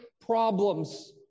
problems